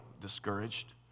discouraged